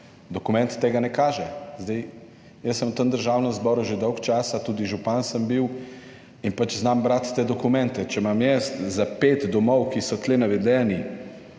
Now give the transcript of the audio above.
dokument tega ne kaže. Jaz sem v Državnem zboru že dolgo časa, tudi župan sem bil, in znam brati te dokumente. Če imam jaz za pet domov, ki so tukaj navedeni,